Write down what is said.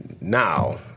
now